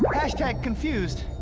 hashtag confused.